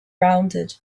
rounded